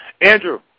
Andrew